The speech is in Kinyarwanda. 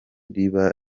riba